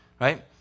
right